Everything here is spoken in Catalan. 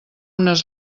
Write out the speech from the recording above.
unes